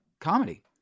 comedy